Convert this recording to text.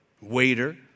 waiter